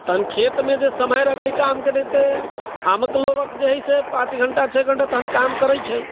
आ तखन खेतमे जे समय लगलै काम करिते गामक लोकक जे हइ से पाँच घण्टा छओ घण्टा तखन काम करै छै